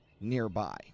nearby